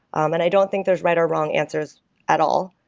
um and i don't think there is right or wrong answers at all.